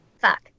Fuck